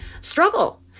struggle